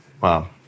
Wow